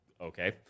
okay